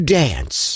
dance